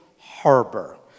harbor